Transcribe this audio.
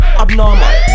abnormal